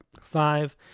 five